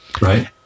right